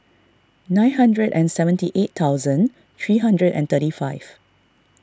nine hundred and seventy eight thousand three hundred and thirty five